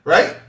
Right